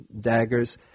daggers